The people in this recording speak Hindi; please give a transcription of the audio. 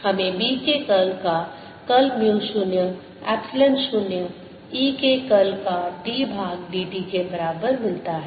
हमें B के कर्ल का कर्ल म्यू 0 एप्सिलॉन 0 E के कर्ल का d भाग dt के बराबर मिलता है